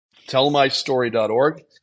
tellmystory.org